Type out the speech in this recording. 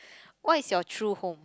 what is your true home